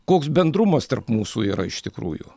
koks bendrumas tarp mūsų yra iš tikrųjų